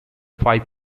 five